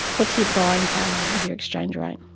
what is your buying power of your exchange rate?